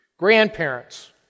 Grandparents